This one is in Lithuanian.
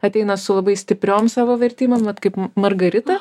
ateina su labai stipriom savo vertybėm vat kaip margarita